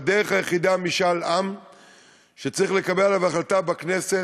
והדרך היחידה: משאל עם שצריך לקבל עליו החלטה בכנסת.